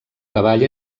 cavall